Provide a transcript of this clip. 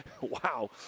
Wow